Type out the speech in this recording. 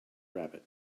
rabbit